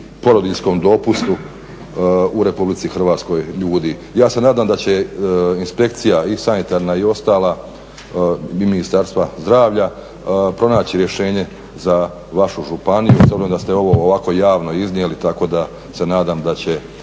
porodiljskom dopustu u Republici Hrvatskoj ljudi. Ja se nadam da će inspekcija i sanitarna i ostala Ministarstva zdravlja pronaći rješenje za vašu županiju s obzirom da ste ovo ovako javno iznijeli tako da se nadam da će